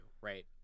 right